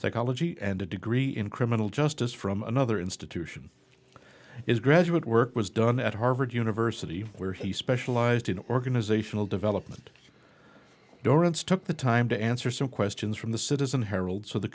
psychology and a degree in criminal justice from another institution is graduate work was done at harvard university where he specialized in organizational development dorrance took the time to answer some questions from the citizen herald so the